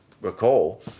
recall